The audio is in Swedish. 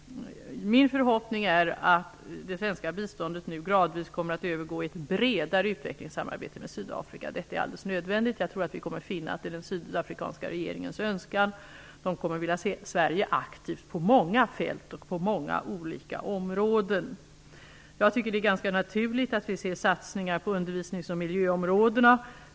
Min förhoppning är att det svenska biståndet nu gradvis kommer att övergå i ett bredare utvecklingssamarbete med Sydafrika. Det är alldels nödvändigt, och jag tror att vi kommer att finna att det är den sydafrikanska regeringens önskan. Man kommer att vilja se Sverige aktivt på många fält och på många olika områden. Jag tycker att det är ganska naturligt att vi ser satsningar på undervisnings och miljöområdena.